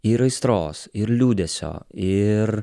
ir aistros ir liūdesio ir